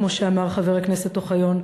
כמו שאמר חבר הכנסת אוחיון,